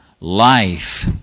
life